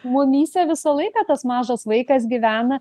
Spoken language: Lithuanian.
mumyse visą laiką tas mažas vaikas gyvena